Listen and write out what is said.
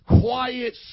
quiet